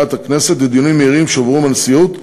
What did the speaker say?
ממליאת הכנסת ודיונים מהירים שהועברו מהנשיאות,